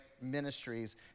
ministries